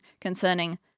concerning